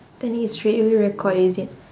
then he straightaway record is it